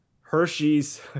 Hershey's